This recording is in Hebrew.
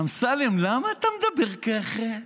אמסלם, למה אתה מדבר ככה?